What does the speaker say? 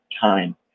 time